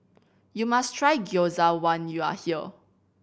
you must try Gyoza when you are here